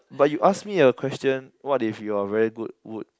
but you ask me a question what if you are very good wood